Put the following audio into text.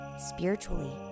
spiritually